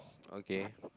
okay